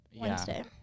Wednesday